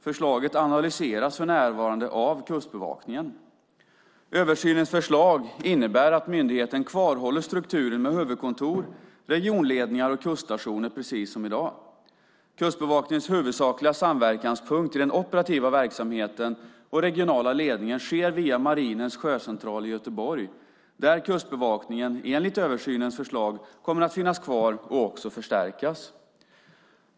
Förslaget analyseras för närvarande av Kustbevakningen. Översynens förslag innebär att myndigheten kvarhåller strukturen med huvudkontor, regionledningar och kuststationer precis som i dag. Kustbevakningens huvudsakliga samverkanspunkt i den operativa verksamheten och regionala ledningen sker via marinens sjöcentral i Göteborg, där Kustbevakningen enligt översynens förslag kommer att finnas kvar och också förstärkas.